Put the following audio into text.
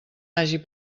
hagi